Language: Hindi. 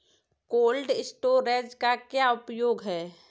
कोल्ड स्टोरेज का क्या उपयोग है?